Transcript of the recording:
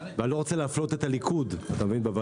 ואני לא רוצה להפלות את הליכוד בוועדות.